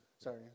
sorry